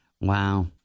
Wow